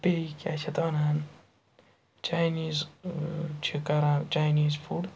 بیٚیہِ کیٛاہ چھِ اَتھ وَنان چَینیٖز چھِ کَران چَینیٖز فُڈ